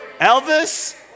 Elvis